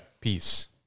Peace